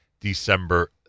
December